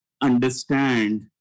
understand